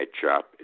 CHOP